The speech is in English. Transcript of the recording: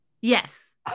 Yes